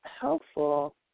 helpful